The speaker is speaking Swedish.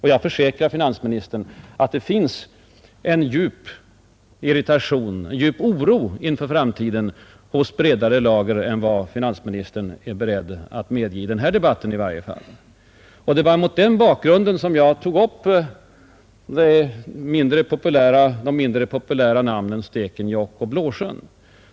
Jag försäkrar finansministern att det finns en djupare oro inför framtiden hos breda lager än vad finansministern är beredd att medge, i varje fall i den här debatten. Det var mot den bakgrunden jag tog upp de mindre populära namnen Stekenjokk och Blåsjön.